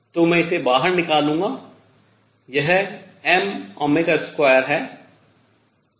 तो मैं इसे बाहर निकालूंगा यह m2है